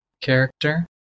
character